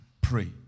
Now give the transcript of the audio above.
pray